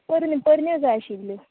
पोरण्यो पोरण्यो जाय आशिल्ल्यो